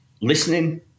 listening